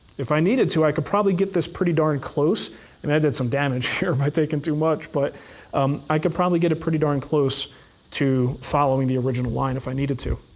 if i needed to, i could probably get this pretty darn close. and i did some damage here. might have taken too much. but um i could probably get it pretty darn close to following the original line if i needed to.